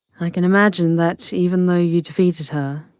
i can imagine that even though you defeated her,